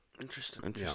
Interesting